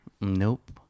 Nope